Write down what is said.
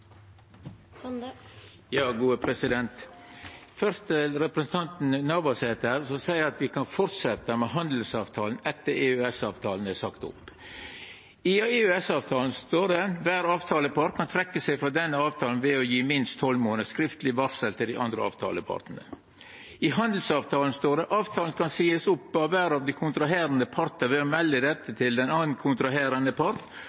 Først til representanten Navarsete, som seier at me kan fortsetja med handelsavtalen etter at EØS-avtalen er sagt opp. I EØS-avtalen står det: «Hver avtalepart kan trekke seg fra denne avtale ved å gi minst tolv måneders skriftlig varsel til de andre avtaleparter.» I handelsavtalen står det at avtalen kan seiast opp av kvar av dei kontraherande partar ved å